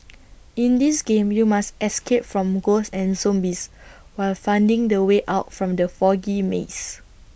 in this game you must escape from ghosts and zombies while finding the way out from the foggy maze